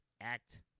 act